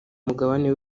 mugabane